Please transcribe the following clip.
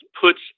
puts